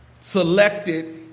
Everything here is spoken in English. selected